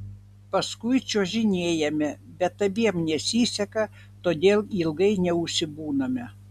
paskui čiuožinėjame bet abiem nesiseka todėl ilgai neužsibūname